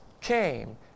came